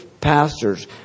pastors